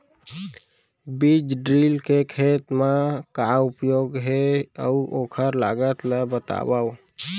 बीज ड्रिल के खेत मा का उपयोग हे, अऊ ओखर लागत ला बतावव?